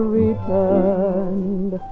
returned